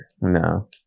No